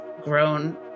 grown